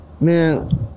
Man